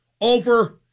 over